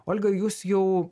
olga jūs jau